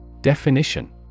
Definition